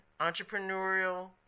entrepreneurial